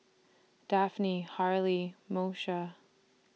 Daphne Harley Moesha